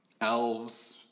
Elves